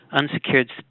unsecured